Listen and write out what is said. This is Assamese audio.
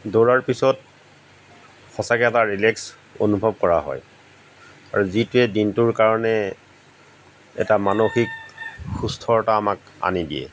দৌৰাৰ পিছত সঁচাকৈ এটা ৰিলেক্স অনুভৱ কৰা হয় যিটোৱে দিনটোৰ কাৰণে এটা মানসিক সুস্থতা আমাক আনি দিয়ে